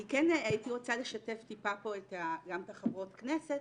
אני כן הייתי רוצה לשתף טיפה פה גם את החברות כנסת